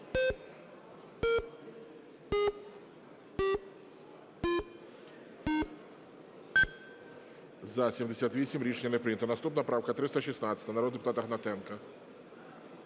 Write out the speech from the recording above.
За-78 Рішення не прийнято. Наступна правка 316 народного депутата Гнатенка.